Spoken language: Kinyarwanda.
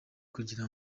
kugira